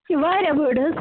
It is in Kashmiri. یہِ چھِ واریاہ بٔڑ حظ